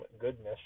goodness